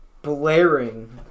Blaring